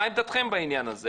מה עמדתכם בעניין הזה?